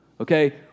okay